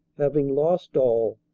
having lost all,